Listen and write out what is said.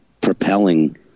propelling